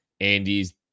Andy's